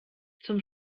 zum